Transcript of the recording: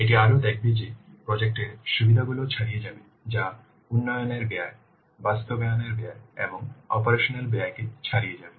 এটি আরও দেখাবে যে প্রজেক্ট এর সুবিধাগুলি ছাড়িয়ে যাবে যা উন্নয়নের ব্যয় বাস্তবায়নের ব্যয় এবং অপারেশনাল ব্যয়কে ছাড়িয়ে যাবে